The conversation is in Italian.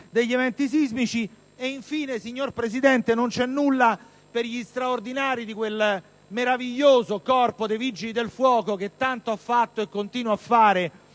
degli eventi sismici. Infine, signora Presidente, non c'è nulla per gli straordinari di quel meraviglioso Corpo dei vigili del fuoco che tanto ha fatto e continua a fare